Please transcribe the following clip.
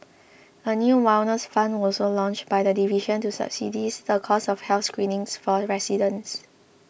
a new wellness fund was also launched by the division to subsidise the cost of health screenings for residents